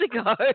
ago